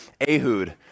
ehud